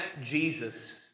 Jesus